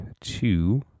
two